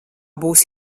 būs